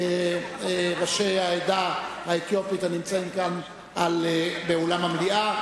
ראשי העדה האתיופית, הנמצאים כאן באולם המליאה.